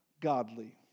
godly